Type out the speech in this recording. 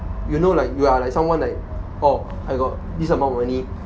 you know like you are like someone like orh I got this amount of money